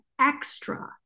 extra